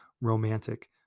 romantic